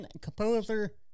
Composer